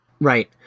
Right